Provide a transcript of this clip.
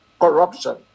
corruption